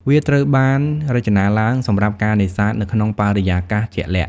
វាត្រូវបានរចនាឡើងសម្រាប់ការនេសាទនៅក្នុងបរិយាកាសជាក់លាក់។